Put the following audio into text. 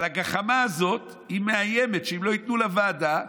על הגחמה הזו היא מאיימת שאם לא ייתנו לה ועדה,